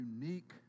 unique